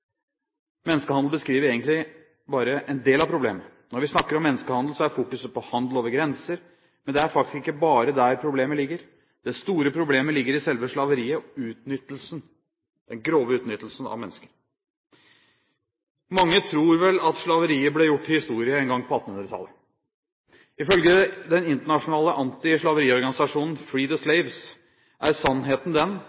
Menneskehandel beskriver egentlig bare en del av problemet. Når vi snakker om menneskehandel, er fokuset på handel over grenser, men det er faktisk ikke bare der problemet ligger. Det store problemet ligger i selve slaveriet og den grove utnyttelsen av mennesker. Mange tror vel at slaveriet ble gjort til historie en gang på 1800-tallet. Ifølge den internasjonale antislaveriorganisasjonen, Free the